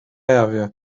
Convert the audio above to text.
jawie